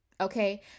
Okay